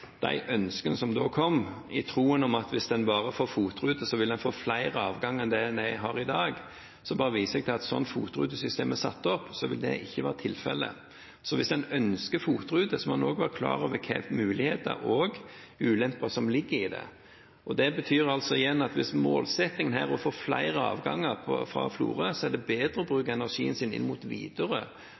de ønskene som da kom, hadde en tro på at hvis en bare får FOT-rute, vil en få flere avganger enn det en har i dag, men da viser jeg til at slik FOT-rutesystemet er satt opp, vil ikke det være tilfellet. Hvis en ønsker FOT-rute, må en også være klar over hvilke muligheter og ulemper som ligger i det. Det betyr, igjen, at hvis målsettingen er å få flere avganger fra Florø, er det bedre å bruke energien sin inn mot Widerøe